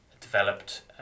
developed